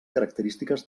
característiques